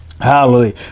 Hallelujah